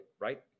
Right